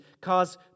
cause